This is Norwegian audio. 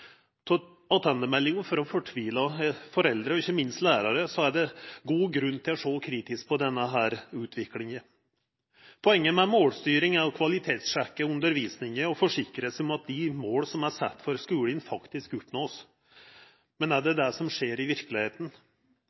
foreldre og ikkje minst lærarar er det god grunn til å sjå kritisk på denne utviklinga. Poenget med målstyring er å kvalitetssjekka undervisninga og forsikra seg om at dei måla som er sette for skulen, faktisk vert oppnådde. Men er det det som skjer i